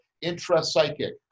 intra-psychic